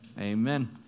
amen